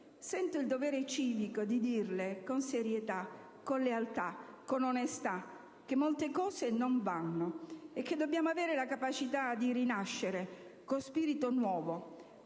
Sento il dovere civico di dirle, con serietà, con lealtà, con onestà, che molte cose non vanno e che dobbiamo avere la capacità di rinascere, con spirito nuovo,